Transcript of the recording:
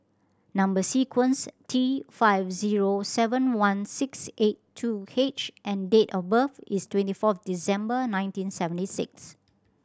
number sequence T five zero seven one six eight two H and date of birth is twenty fourth December nineteen seventy six